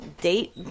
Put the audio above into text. date